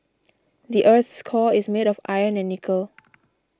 the earth's core is made of iron and nickel